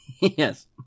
yes